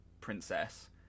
Princess